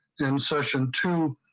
and session too.